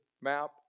map